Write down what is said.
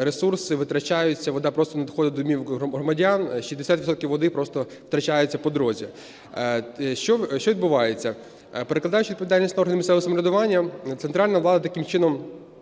ресурси витрачаються, вода просто не доходить в домівки громадян, 60 відсотків води просто втрачається по дорозі. Що відбувається? Перекладаючи відповідальність на органи місцевого самоврядування, центральна влада таким чином